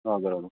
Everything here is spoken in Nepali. हजुर हजुर